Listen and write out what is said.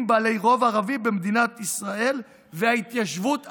בעלי רוב ערבי במדינת ישראל וההתיישבות הבדואית".